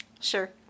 Sure